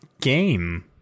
game